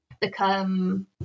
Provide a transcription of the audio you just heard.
become